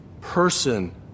person